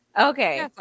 Okay